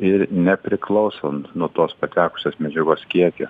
ir nepriklauso nuo tos patekusios medžiagos kiekio